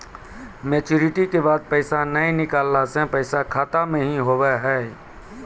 Maturity के बाद पैसा नए निकले से पैसा खाता मे की होव हाय?